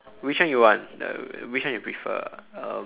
which one you want the which one you prefer um